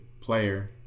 player